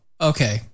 okay